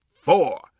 four